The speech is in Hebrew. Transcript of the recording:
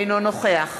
אינו נוכח